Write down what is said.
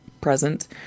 present